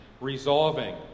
resolving